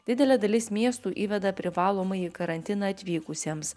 didelė dalis miestų įveda privalomąjį karantiną atvykusiems